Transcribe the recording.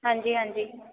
ਹਾਂਜੀ ਹਾਂਜੀ